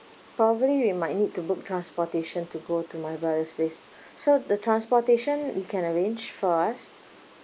probably we might need to book transportation to go to my brother's place so the transportation you can arrange for us